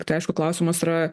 tai aišku klausimas yra